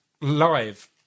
live